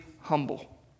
humble